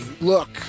look